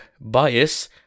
Bias